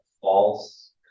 false